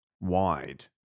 wide